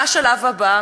מה השלב הבא,